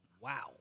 Wow